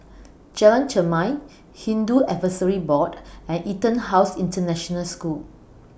Jalan Chermai Hindu Advisory Board and Etonhouse International School